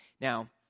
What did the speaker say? Now